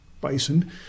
bison